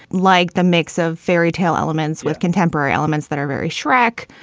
like the mix of fairy tale elements with contemporary elements that are very shrek.